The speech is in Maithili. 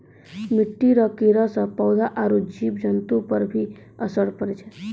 मिट्टी रो कीड़े से पौधा आरु जीव जन्तु पर भी असर पड़ै छै